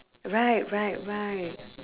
right right right